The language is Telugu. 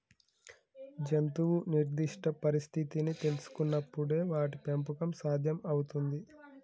జంతువు నిర్దిష్ట పరిస్థితిని తెల్సుకునపుడే వాటి పెంపకం సాధ్యం అవుతుంది